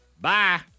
bye